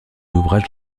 ouvrages